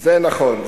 זה נכון.